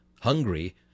HUNGRY